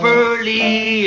early